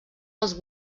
els